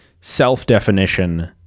self-definition